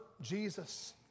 Jesus